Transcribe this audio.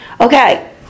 Okay